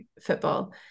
football